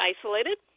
isolated